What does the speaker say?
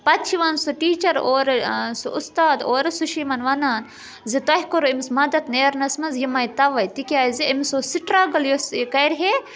پَتہٕ چھُ یِوان سُہ ٹیٖچَر اورٕ سُہ اُستاد اورٕ سُہ چھُ یِمَن وَنان زِ تۄہہِ کوٚرو أمِس مَدَت نیرنَس منٛز یہِ مَے تَوَے تِکیٛازِ أمِس اوس سٹرٛگٕل یُس یہِ کَرِہے